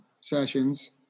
sessions